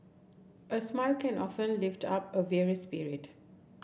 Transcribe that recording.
a smile can often lift up a weary spirit